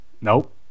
Nope